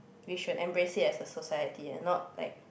we should embrace it as a society and not like